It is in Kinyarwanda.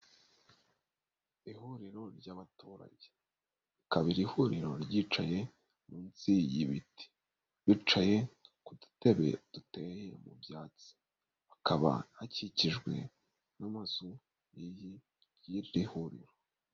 Ihuriro ry'abaturage, hakaba iri ihuriro ryicaye munsi y'ibiti, bicaye ku dutebe duteye mu byatsi, hakaba hakikijwe n'amazu y'iri huriro.